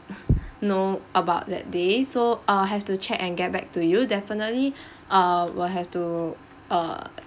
know about that day so I'll have to check and get back to you definitely err we'll have to uh